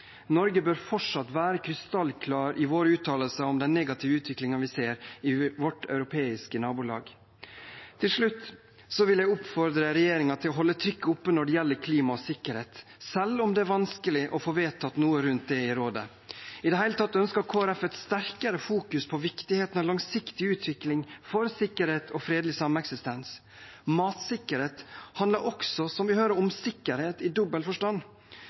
Norge bør fortsatt være krystallklare i sine uttalelser om den negative utviklingen vi ser i vårt europeiske nabolag. Til slutt vil jeg oppfordre regjeringen til å holde trykket oppe når det gjelder klima og sikkerhet, selv om det er vanskelig å få vedtatt noe rundt det i Rådet. I det hele tatt ønsker Kristelig Folkeparti et sterkere fokus på viktigheten av langsiktig utvikling for sikkerhet og fredelig sameksistens. Matsikkerhet handler også, som vi hører, om sikkerhet – i